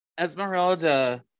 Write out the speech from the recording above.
Esmeralda